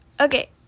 okay